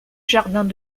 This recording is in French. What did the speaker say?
jardins